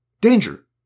Danger